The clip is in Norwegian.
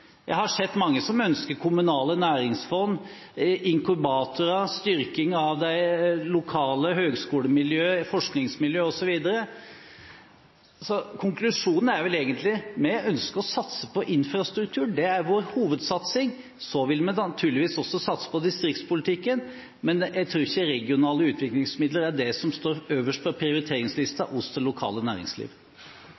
jeg hadde sett mange som ønsket kommunale næringsfond, inkubatorer, styrking av det lokale høyskolemiljøet, forskningsmiljø osv. Konklusjonen er vel egentlig: Vi ønsker å satse på infrastruktur, det er vår hovedsatsing. Så vil vi naturligvis også satse på distriktspolitikken, men jeg tror ikke regionale utviklingsmidler er det som står øverst på